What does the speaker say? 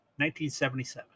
1977